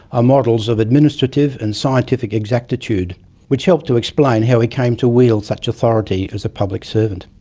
are models of administrative and scientific exactitude which help to explain how he came to wield such authority as a public servant.